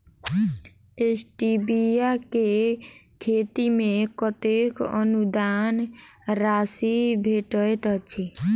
Stevia केँ खेती मे कतेक अनुदान राशि भेटैत अछि?